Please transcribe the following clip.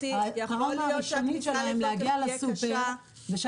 יכול להיות --- להגיע לסופר --- יכול להיות שהכניסה לזה תהיה